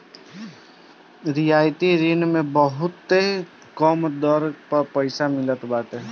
रियायती ऋण मे बहुते कम दर पअ पईसा मिलत बाटे